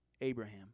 Abraham